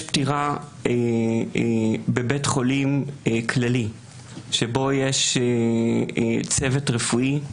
פטירה בבית חולים כללי שבו יש צוות רפואי,